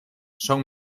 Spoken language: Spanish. son